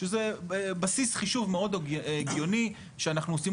שזה בסיס חישוב הגיוני מאוד שאנחנו עושים